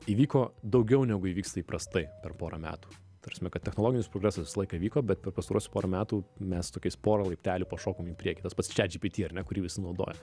įvyko daugiau negu įvyksta įprastai per porą metų ta prasme kad technologinis progresas visą laiką vyko bet per pastaruosius porą metų mes tokiais porą laiptelių pašokom į priekį tas pats čiat džy py ty ar ne kurį visi naudoja